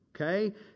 okay